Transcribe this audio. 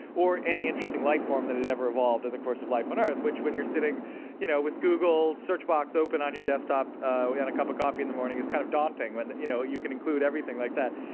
or any interesting life form that ever evolved in the course of life on earth, which, when you're sitting you know with google search box open on your desktop and a cup of coffee in the morning, is kind of daunting when you know you can include everything like that.